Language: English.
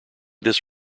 this